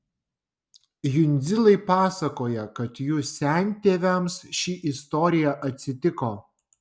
jundzilai pasakoja kad jų sentėviams ši istorija atsitiko